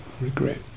regret